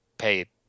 pay